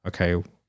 okay